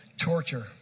torture